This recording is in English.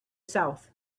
south